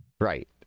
Right